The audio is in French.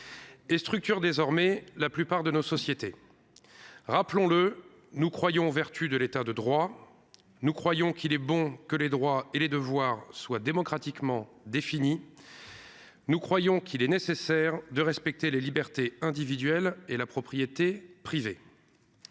il structure désormais la plupart de nos sociétés. Rappelons-le, nous croyons aux vertus de l'État de droit. Nous croyons qu'il est bon que les droits et les devoirs soient démocratiquement définis. Nous croyons qu'il est nécessaire de respecter les libertés individuelles et la propriété privée.